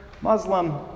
Muslim